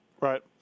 Right